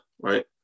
right